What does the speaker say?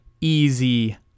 Easy